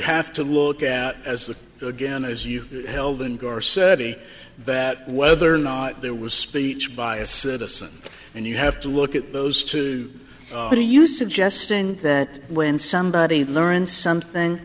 have to look at as the again as you held and gore said in that whether or not there was speech by a citizen and you have to look at those two do you suggest in that when somebody learned something